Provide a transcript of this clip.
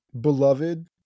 beloved